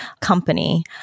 company